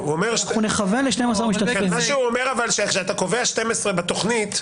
זה שהוא אומר שאתה קובע 12 בתוכנית,